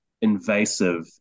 invasive